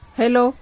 hello